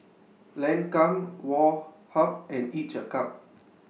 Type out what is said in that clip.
Lancome Woh Hup and Each A Cup